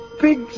big